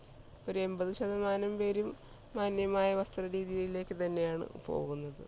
ഒരെൺപത് ശതമാനം പേരും മാന്യമായ വസ്ത്ര രീതിയിലേക്ക് തന്നെയാണ് പോകുന്നത്